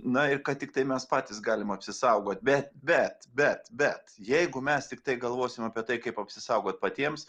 na ir kad tiktai mes patys galim apsisaugot be bet bet bet jeigu mes tiktai galvosim apie tai kaip apsisaugot patiems